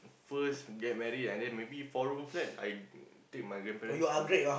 first get married and then maybe four room flat I take my grandparents to